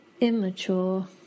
immature